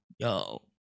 Yo